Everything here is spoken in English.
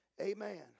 Amen